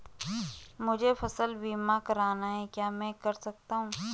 मुझे फसल बीमा करवाना है क्या मैं कर सकता हूँ?